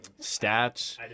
Stats